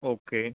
okay